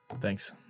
Thanks